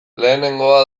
lehenengoa